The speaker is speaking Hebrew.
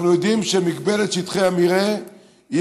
אנחנו יודעים שמגבלת שטחי המרעה היא